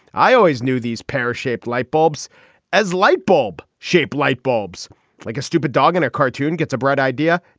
i always knew these pear shaped light bulbs as light bulb shaped light bulbs like a stupid dog and a cartoon gets a bright idea.